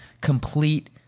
complete